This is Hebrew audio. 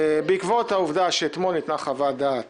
בעקבות העובדה שאתמול ניתנה חוות דעת